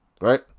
Right